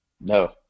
No